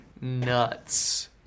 nuts